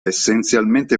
essenzialmente